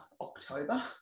October